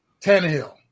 Tannehill